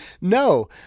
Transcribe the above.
No